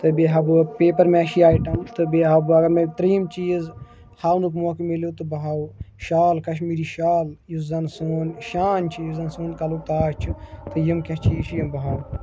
تہٕ بیٚیہ ہاوٕ بہٕ پیپَر میشی اَیٹَمٕز تہٕ بیٚیہِ ہاوٕ بہٕ اَگَر مےٚ ترٛیِم چیز ہاونُک موقعہ میلیو تہٕ بہٕ ہاوٕ شال کَشمیری شال یُس زَن سون شان چھِ یُس زَن سون کَلُک تاج چھِ تہٕ یِم کیٚنٛہہ چیز چھِ یِم بہٕ ہاوٕ